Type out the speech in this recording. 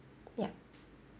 yup